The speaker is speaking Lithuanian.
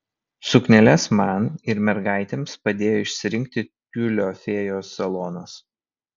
sukneles man ir mergaitėms padėjo išsirinkti tiulio fėjos salonas